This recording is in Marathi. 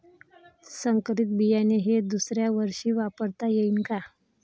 संकरीत बियाणे हे दुसऱ्यावर्षी वापरता येईन का?